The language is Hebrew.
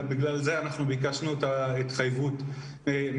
בגלל זה אנחנו ביקשנו את ההתחייבות מהמוסדות,